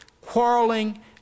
quarreling